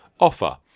Offer